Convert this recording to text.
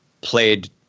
played